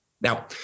Now